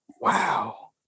Wow